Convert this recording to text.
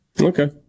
Okay